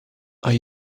are